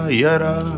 yara